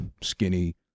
skinny